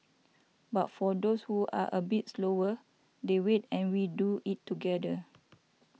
but for those who are a bit slower they wait and we do it together